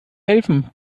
helfen